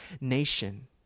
nation